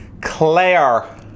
Claire